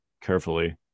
carefully